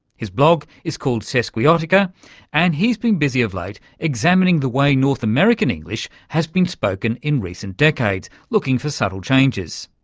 his blog is called sesquiotica and he's been busy of late examining the way north american english and has been spoken in recent decades, looking for subtle changes.